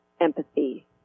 empathy